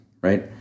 right